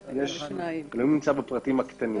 אלוהים נמצא בפרטים הקטנים.